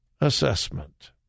assessment